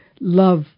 love